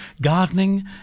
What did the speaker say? gardening